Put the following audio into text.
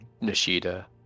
Nishida